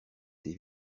des